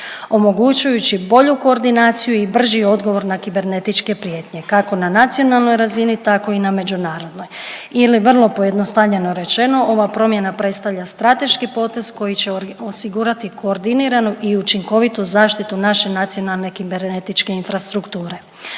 omogućujući bolju koordinaciju i brži odgovor na kibernetičke prijetnje, kako na nacionalnoj razini, tako i na međunarodnoj ili vrlo pojednostavljeno rečeno, ova promjena predstavlja strateški potez koji će osigurati koordiniranu i učinkovitu zaštitu naše nacionalne kibernetičke infrastrukture.